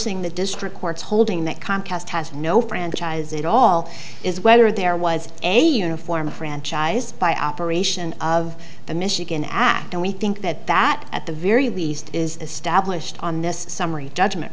reversing the district court's holding that comcast has no franchise it all is whether there was a uniform franchise by operation of the michigan act and we think that that at the very least is established on this summary judgment